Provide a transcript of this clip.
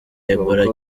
ebola